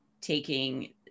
taking